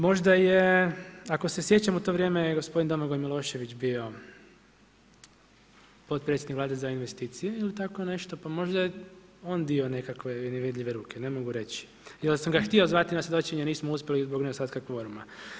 Možda je ako se sjećam u to vrijeme, gospodin Domagoj Milošević bio potpredsjednik Vlade za investicije ili tako nešto, pa možda je on dio nekakve nevidljive ruke, ne mogu reći jer sam ga htio zvati na svjedočenje, nismo uspjeli zbog nedostatka kvoruma.